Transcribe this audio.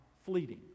Fleeting